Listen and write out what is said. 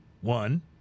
One